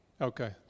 Okay